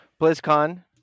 BlizzCon